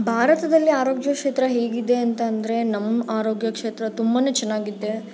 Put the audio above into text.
ಭಾರತದಲ್ಲಿ ಆರೋಗ್ಯ ಕ್ಷೇತ್ರ ಹೇಗಿದೆ ಅಂತಂದರೆ ನಮ್ಮ ಆರೋಗ್ಯ ಕ್ಷೇತ್ರ ತುಂಬ ಚೆನ್ನಾಗಿದೆ